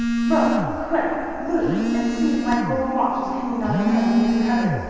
look quick, luke, and see if my gold watch is hanging on a nail near the cupboard.